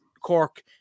Cork